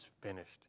finished